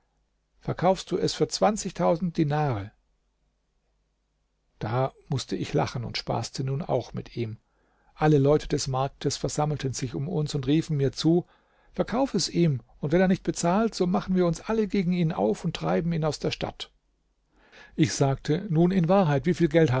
verkaufst du es für zwanzigtausend dinare da mußte ich lachen und spaßte nun auch mit ihm alle leute des marktes versammelten sich um uns und riefen mir zu verkaufe es ihm und wenn er nicht bezahlt so machen wir uns alle gegen ihn auf und treiben ihn aus der stadt ich sagte nun in wahrheit wieviel geld